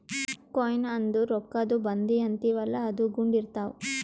coin ಅಂದುರ್ ರೊಕ್ಕಾದು ಬಂದಿ ಅಂತೀವಿಯಲ್ಲ ಅದು ಗುಂಡ್ ಇರ್ತಾವ್